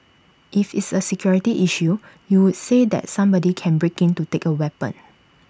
if it's A security issue you would say that somebody can break in to take A weapon